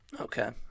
Okay